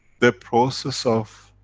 the process of.